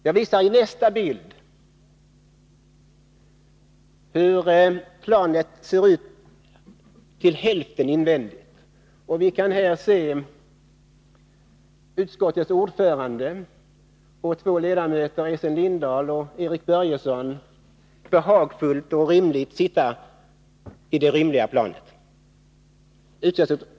Jag visar på nästa bild hur planet ser ut invändigt. Ungefär halva insidan syns. Ni kan se utskottets ordförande och två ledamöter, Essen Lindahl och Erik Börjesson, behagfullt sittande i det rymliga planet.